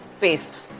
paste